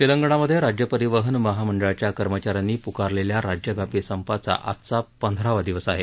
तेलंगणामध्ये राज्य परिवहन महामंडळाच्या कर्मचाऱ्यांनी पुकारलेल्या राज्यव्यापी संपाचा आजचा पंधरावा दिवस आहे